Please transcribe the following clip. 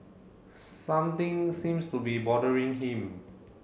something seems to be bothering him